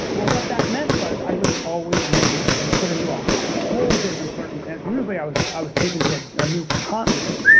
well, what that meant was, i was always moved and put into a whole different circumstance. usually i was i was taken to ah a new continent.